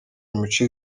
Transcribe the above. imico